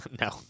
no